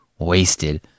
wasted